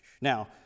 Now